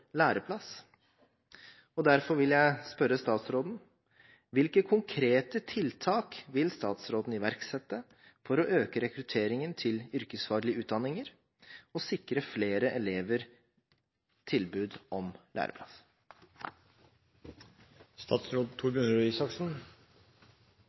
læreplass. Derfor vil jeg spørre statsråden: Hvilke konkrete tiltak vil statsråden iverksette for å øke rekrutteringen til yrkesfaglige utdanninger og sikre flere elever tilbud om